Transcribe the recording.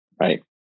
Right